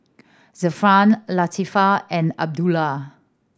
Zafran Latifa and Abdullah